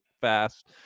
fast